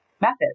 methods